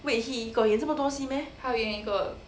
wait he got 演这么多戏 meh